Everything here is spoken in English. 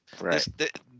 Right